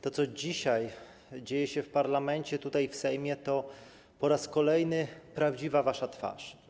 To, co dzisiaj dzieje się w parlamencie, tutaj, w Sejmie, to po raz kolejny prawdziwa wasza twarz.